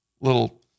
little